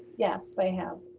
yes, they have.